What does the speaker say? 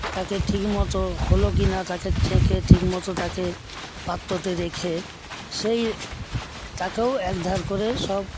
তাতে ঠিকমতো হল কিনা তাকে ছেঁকে ঠিকমতো তাকে পাত্রতে রেখে সেই তাকেও একধার করে সব